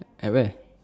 at where